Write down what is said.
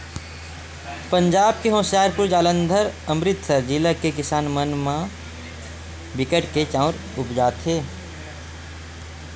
पंजाब के होसियारपुर, जालंधर, अमरितसर जिला के किसान मन बिकट के चाँउर उपजाथें